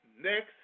next